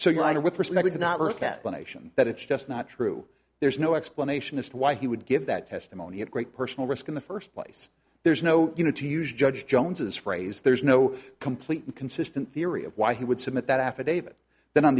nation that it's just not true there's no explanation as to why he would give that testimony at great personal risk in the first place there's no you know to use judge jones as phrase there's no complete and consistent theory of why he would submit that affidavit then on